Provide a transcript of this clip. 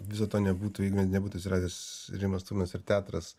viso to nebūtų jeigu nebūtų atsiradęs rimas tuminas ir teatras